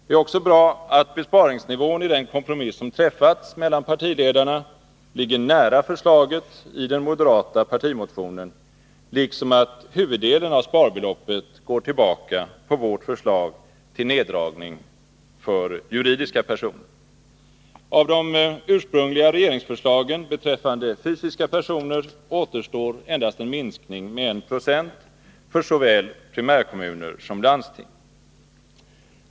Det är också bra, att besparingsnivån i den kompromiss som träffats mellan partiledarna ligger nära förslaget i den moderata partimotionen, liksom att huvuddelen av sparbeloppet går tillbaka på vårt förslag till neddragning för juridiska personer. Av de ursprungliga regeringsförslagen beträffande fysiska personer återstår endast en minskning med 1 2 för såväl primärkommuner som landsting.